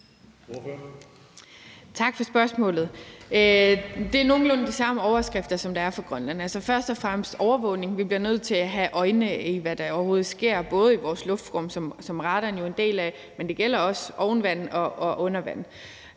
Tak for spørgsmålet. Det er nogenlunde de samme overskrifter, der er for Grønland, altså først og fremmest overvågning. Vi bliver nødt til at have øje på, hvad der overhovedet sker, både i vores luftrum, som radaren jo er en del af, men også oven vande og under vand.